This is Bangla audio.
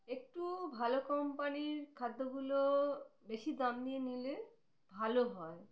একটু ভালো কোম্পানির খাদ্যগুলো বেশি দাম দিয়ে নিলে ভালো হয়